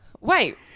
Wait